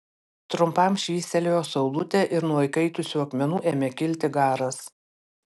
trumpam švystelėjo saulutė ir nuo įkaitusių akmenų ėmė kilti garas